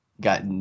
Got